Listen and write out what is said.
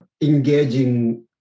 engaging